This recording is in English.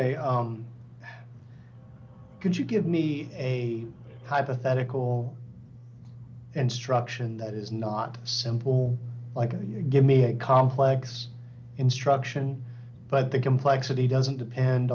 me could you give me a hypothetical and struction that is not simple like you give me a complex instruction but the complexity doesn't depend